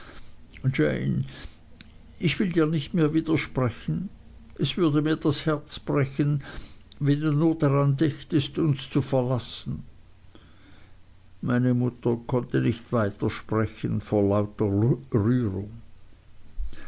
ich will dir nicht mehr widersprechen es würde mir das herz brechen wenn du nur daran dächtest uns zu verlassen meine mutter konnte nicht weiter sprechen vor lauter rührung